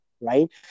Right